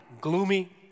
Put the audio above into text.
gloomy